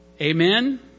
Amen